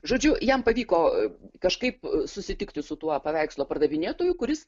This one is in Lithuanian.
žodžiu jam pavyko kažkaip susitikti su tuo paveikslo pardavinėtoju kuris